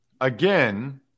again